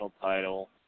title